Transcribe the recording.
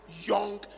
young